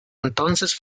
entonces